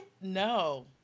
No